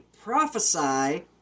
prophesy